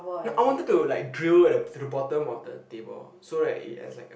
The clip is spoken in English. I wanted to like drill at to the bottom of the table so like it has like a